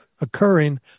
occurring